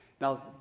Now